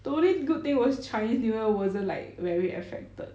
the only good thing was chinese new year wasn't like very affected